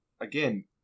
again